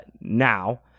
now